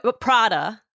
Prada